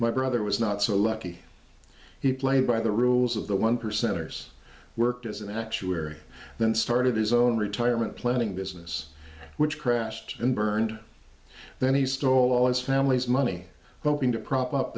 my brother was not so lucky he played by the rules of the one percenters worked as an actuary then started his own retirement planning business which crashed and burned then he stole all his family's money to prop up